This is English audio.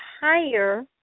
higher